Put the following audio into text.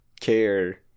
care